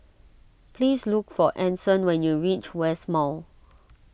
please look for Anson when you reach West Mall